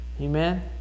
Amen